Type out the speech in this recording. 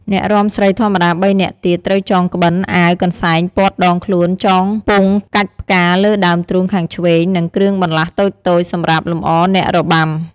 អ្នករាំស្រីធម្មតា៣នាក់ទៀត ត្រូវចងក្បិន អាវ កន្សែងព័ត្ធដងខ្លួនចងពង់កាច់ផ្កាលើដើមទ្រូងខាងឆ្វេង និងគ្រឿងបន្លាស់តូចៗសម្រាប់លម្អអ្នករបាំ។